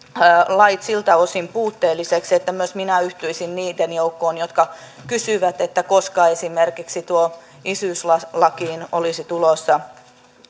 lait siltä osin puutteellisiksi että myös minä yhtyisin niiden joukkoon jotka kysyvät että koska esimerkiksi isyyslakiin olisi